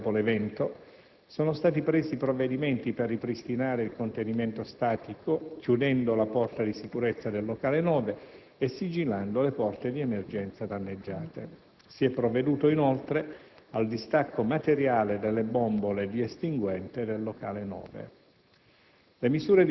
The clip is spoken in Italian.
Immediatamente dopo l'evento sono stati presi provvedimenti per ripristinare il contenimento statico chiudendo la porta di sicurezza del locale 9 e sigillando le porte di emergenza danneggiate. Si è provveduto, inoltre, al distacco materiale delle bombole di estinguente del locale 9.